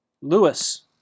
Lewis